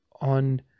on